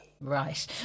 Right